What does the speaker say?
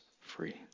free